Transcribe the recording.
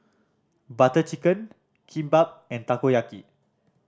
Butter Chicken Kimbap and Takoyaki